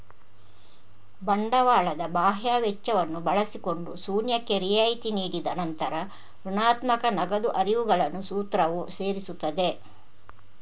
ಬಂಡವಾಳದ ಬಾಹ್ಯ ವೆಚ್ಚವನ್ನು ಬಳಸಿಕೊಂಡು ಶೂನ್ಯಕ್ಕೆ ರಿಯಾಯಿತಿ ನೀಡಿದ ನಂತರ ಋಣಾತ್ಮಕ ನಗದು ಹರಿವುಗಳನ್ನು ಸೂತ್ರವು ಸೇರಿಸುತ್ತದೆ